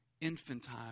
infantile